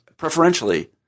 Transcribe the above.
preferentially